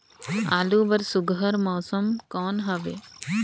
आलू बर सुघ्घर मौसम कौन हवे?